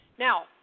Now